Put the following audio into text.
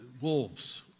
Wolves